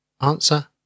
Answer